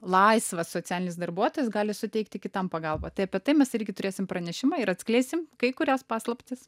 laisvas socialinis darbuotojas gali suteikti kitam pagalbą tai apie tai mes irgi turėsim pranešimą ir atskleisim kai kurias paslaptis